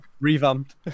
Revamped